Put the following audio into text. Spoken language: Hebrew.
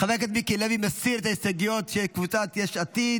--- חבר הכנסת מיקי לוי מסיר את ההסתייגויות של קבוצת יש עתיד,